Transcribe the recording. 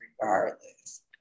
regardless